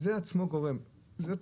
זה עצמו גורם לעליית